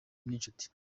n’inshuti